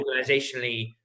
organizationally